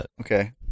Okay